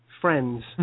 friends